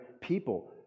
people